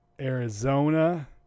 Arizona –